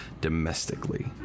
domestically